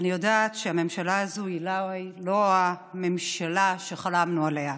אני יודעת שהממשלה הזאת אולי היא לא הממשלה שחלמנו עליה.